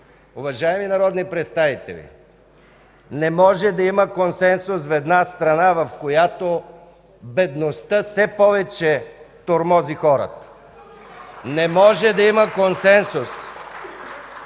Уважаеми народни представители, не може да има консенсус в една страна, в която бедността все повече тормози хората! (Ръкопляскания от